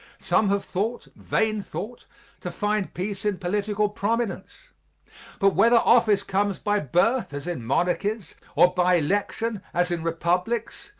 some have thought, vain thought to find peace in political prominence but whether office comes by birth, as in monarchies, or by election, as in republics,